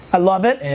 ah love it.